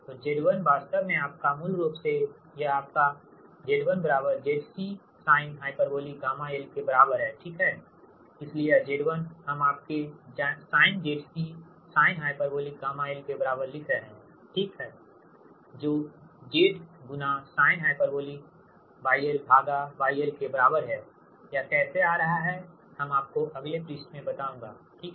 तो Z1 वास्तव में आपका मूल रूप से यह आपका Z1 ZC sinh γl के बराबर है ठीक है इसलिए यह Z1 हम आपके sinZC sinh γl के बराबर लिख रहे है ठीक है जो Z sinh YlYl के बराबर है यह कैसे आ रहा है हम आपको अगले पृष्ठ में बताऊंगा ठीक है